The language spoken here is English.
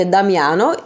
Damiano